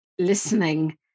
listening